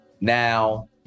Now